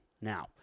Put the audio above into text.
Now